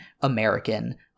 American